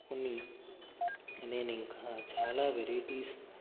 కొన్ని నేను ఇంకా చాలా వెరైటీస్